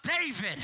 David